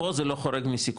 פה זה לא חורג מסיכום,